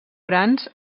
grans